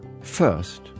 First